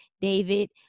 David